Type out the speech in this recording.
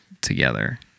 together